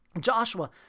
Joshua